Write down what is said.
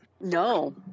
No